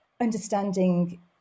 understanding